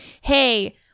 hey